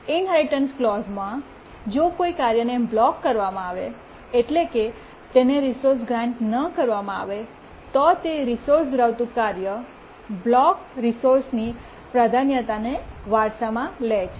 inheritance ક્લૉજ઼માં જો કોઈ કાર્યને બ્લોક કરવામાં આવે એટલે કે તેને રિસોર્સ ગ્રાન્ટ ન કરવામાં આવે તો તે રિસોર્સ ધરાવતું કાર્ય બ્લોક રિસોર્સની પ્રાધાન્યતાને વારસામાં લે છે